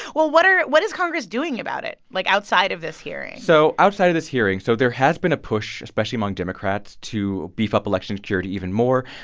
well, what are what is congress doing about it, like, outside of this hearing? so outside of this hearing so there has been a push, especially among democrats, to beef up election security even more,